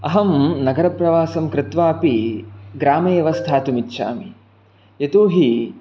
अहं नगरप्रवासं कृत्वा अपि ग्रामे एव स्थातुम् इच्छामि यतोहि